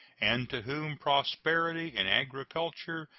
and to whom prosperity in agriculture,